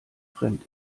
fremd